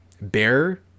bear